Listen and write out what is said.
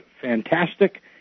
fantastic